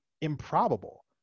improbable